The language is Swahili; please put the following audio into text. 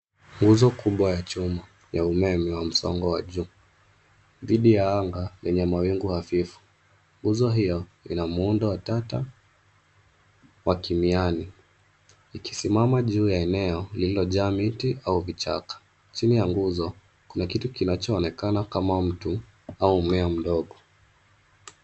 Nguzo kubwa ya chuma ya umeme wa msongo wa juu hali ya anga yenye mawingu hafifu. Nguzo hiyo ina muundo wa tata wa kimiani ikisimama juu ya eneo lililojaa miti au kichaka, chini ya nguzo kuna kitu kinachoonekana kama mtu au mmea mdogo.